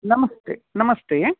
नमस्ते नमस्ते